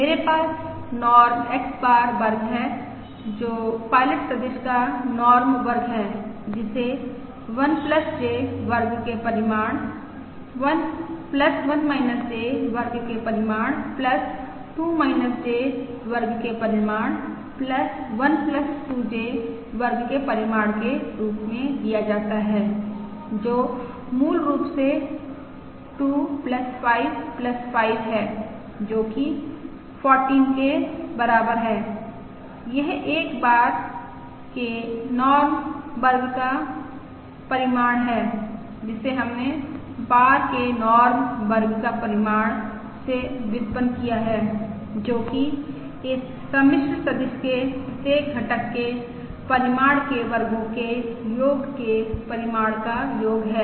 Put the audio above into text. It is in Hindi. मेरे पास नॉर्म X बार वर्ग है जो पायलट सदिश का नॉर्म वर्ग है जिसे 1 j वर्ग के परिमाण 1 j वर्ग के परिमाण 2 j वर्ग के परिमाण 1 2j वर्ग के परिमाण के रूप में दिया जाता है जो मूल रूप से 2 25 5 है जो कि 14 के बराबर है यह एक बार के नॉर्म वर्ग का परिमाण है जिसे हमने बार के नॉर्म वर्ग का परिमाण से व्युत्पन्न किया है जो कि इस सम्मिश्र सदिश के प्रत्येक घटक के परिमाण के वर्गों के योग के परिमाण का योग है